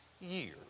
years